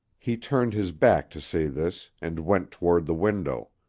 he turned his back to say this and went toward the window.